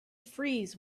freeze